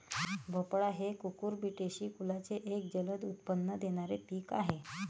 भोपळा हे कुकुरबिटेसी कुलाचे एक जलद उत्पन्न देणारे पीक आहे